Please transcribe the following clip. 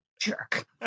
jerk